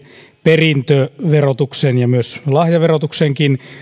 perintöverotuksen ja myös lahjaverotuksenkin